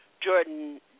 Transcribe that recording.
Jordan